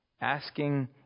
asking